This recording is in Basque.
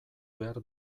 behar